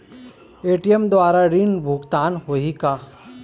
ATM द्वारा ऋण भुगतान होही का?